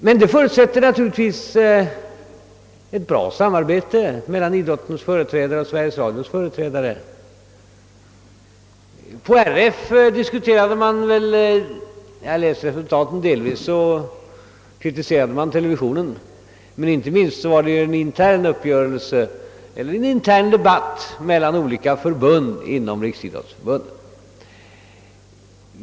Men detta förutsätter ett gott samarbete mellan idrottens och Sveriges Radios företrädare. Då Riksidrottsförbundet diskuterade saken, kritiserade man enligt referaten delvis televisionen men inte minst var det fråga om en intern uppgörelse mellan olika förbund inom Riksidrottsförbundet.